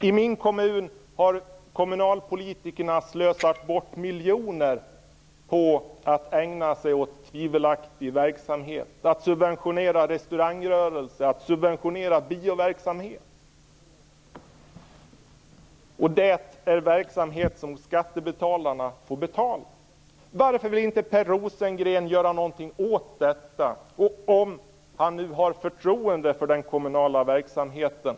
I min kommun har kommunalpolitikerna slösat bort miljoner på att ägna sig åt tvivelaktig verksamhet, att subventionera restaurangrörelse och bioverksamhet. Det är verksamhet som skattebetalarna får betala. Varför vill inte Per Rosengren göra någonting åt detta, om han nu har förtroende för den kommunala verksamheten?